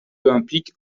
olympique